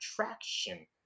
attraction